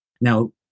Now